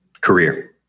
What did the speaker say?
Career